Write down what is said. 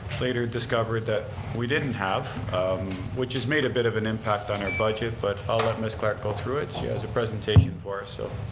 later discovered that we didn't have which has made a bit of an impact on our budget but i'll let ms. clark go through it. she has a presentation for us. so